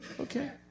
Okay